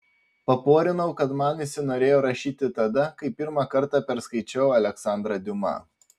paporinau kad man įsinorėjo rašyti tada kai pirmą kartą perskaičiau aleksandrą diuma